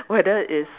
whether it's